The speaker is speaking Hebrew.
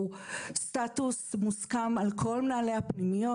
הוא סטטוס מוסכם על כל מנהלי הפנימיות.